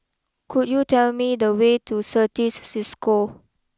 could you tell me the way to Certis Cisco